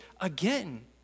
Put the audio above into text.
again